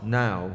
now